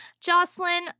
jocelyn